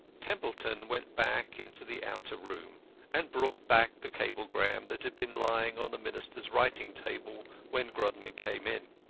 templeton went back into the outer room and brought back the cablegram that had been lying on the minister's writing-table when grodman came in.